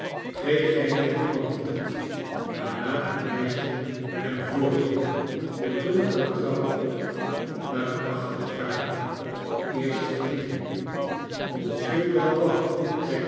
kreeg hij ten antwoord waarna het meisje hem voorging de donkere trap op naar een achterkamer op de eerste verdieping monsieur